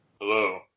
Hello